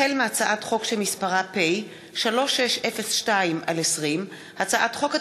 החל בהצעת חוק פ/3602/20 וכלה בהצעת חוק פ/3634/20,